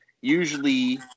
usually